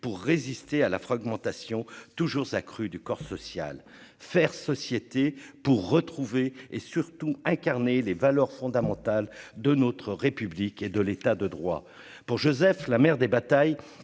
pour résister à la fragmentation toujours accrue du corps social, faire société pour retrouver et surtout incarner les valeurs fondamentales de notre République et de l'état de droit pour Joseph, la mère des batailles